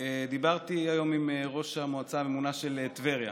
דיברתי היום עם ראש המועצה הממונה של טבריה,